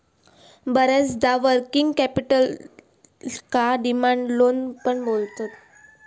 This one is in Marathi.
बऱ्याचदा वर्किंग कॅपिटलका डिमांड लोन पण बोलतत